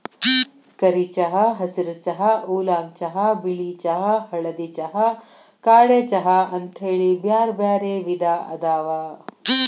ಕರಿ ಚಹಾ, ಹಸಿರ ಚಹಾ, ಊಲಾಂಗ್ ಚಹಾ, ಬಿಳಿ ಚಹಾ, ಹಳದಿ ಚಹಾ, ಕಾಡೆ ಚಹಾ ಅಂತೇಳಿ ಬ್ಯಾರ್ಬ್ಯಾರೇ ವಿಧ ಅದಾವ